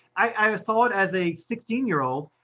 i saw it as a sixteen year old,